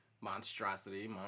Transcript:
monstrosity